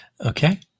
Okay